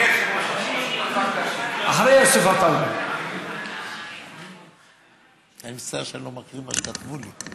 אדוני היושב-ראש, 30 שניות רק להשלים.